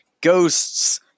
ghosts